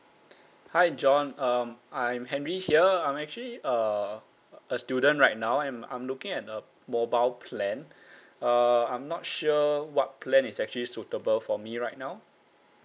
hi john um I'm henry here I'm actually err a student right now and I'm looking at a mobile plan uh I'm not sure what plan is actually suitable for me right now